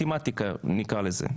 מתמטיקה נקרא לזה,